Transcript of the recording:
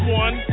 one